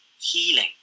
healing